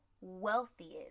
wealthiest